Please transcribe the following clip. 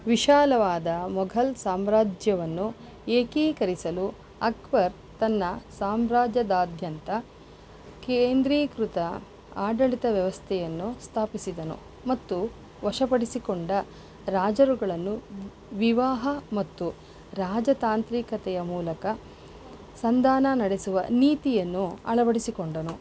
ವಿಶಾಲವಾದ ಮೊಘಲ್ ಸಾಮ್ರಾಜ್ಯವನ್ನು ಏಕೀಕರಿಸಲು ಅಕ್ಬರ್ ತನ್ನ ಸಾಮ್ರಾಜ್ಯದಾದ್ಯಂತ ಕೇಂದ್ರೀಕೃತ ಆಡಳಿತ ವ್ಯವಸ್ಥೆಯನ್ನು ಸ್ಥಾಪಿಸಿದನು ಮತ್ತು ವಶಪಡಿಸಿಕೊಂಡ ರಾಜರುಗಳನ್ನು ವಿವಾಹ ಮತ್ತು ರಾಜತಾಂತ್ರಿಕತೆಯ ಮೂಲಕ ಸಂಧಾನ ನಡೆಸುವ ನೀತಿಯನ್ನು ಅಳವಡಿಸಿಕೊಂಡನು